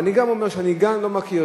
ואני גם אומר, אני גם לא מכיר.